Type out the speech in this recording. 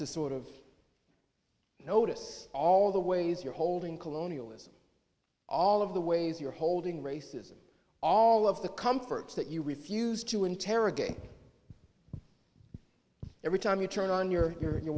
to sort of notice all the ways you're holding colonialism all of the ways you're holding racism all of the comforts that you refused to interrogate every time you turn on your your